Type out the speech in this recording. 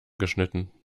geschnitten